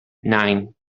nine